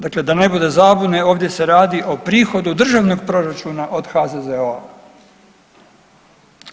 Dakle, da ne bude zabune ovdje se radi o prihodu državnog proračuna od HZZO-a.